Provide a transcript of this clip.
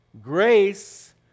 grace